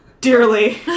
Dearly